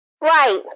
Right